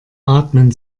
atmen